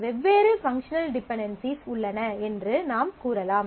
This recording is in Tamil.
எனவே வெவ்வேறு பங்க்ஷனல் டிபென்டென்சிஸ் உள்ளன என்று நாம் கூறலாம்